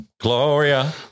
Gloria